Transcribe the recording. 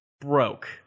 broke